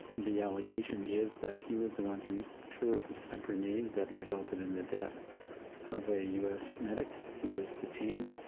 the allegation is that he was the one who threw a grenade that resulted in the death of a us medic. he was detained,